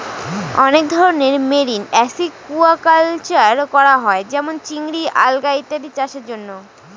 অনেক ধরনের marine aquaculture করা হয় যেমন চিংড়ি, আলগা ইত্যাদি চাষের জন্য